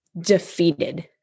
defeated